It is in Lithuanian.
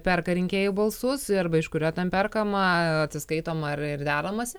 perka rinkėjų balsus arba iš kurio tam perkama atsiskaitoma ir deramasi